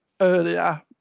earlier